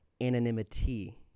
anonymity